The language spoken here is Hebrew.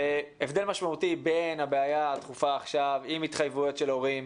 הבדל משמעותי בין הבעיה הדחופה עכשיו עם התחייבויות של הורים,